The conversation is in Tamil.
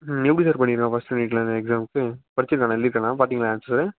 ம் எப்படி சார் பண்ணியிருக்கான் ஃபஸ்ட்டு யூனிட்டில் இந்த எக்ஸாமுக்கு படிச்சுருக்கானா எழுதிருக்கானா பார்த்தீங்களா ஆன்சரை